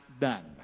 done